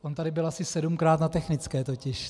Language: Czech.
On tady byl asi sedmkrát na technické totiž.